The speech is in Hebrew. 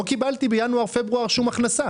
לא קיבלתי בינואר-פברואר שום הכנסה